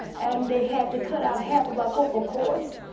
and they had to cut out half of my vocal chords.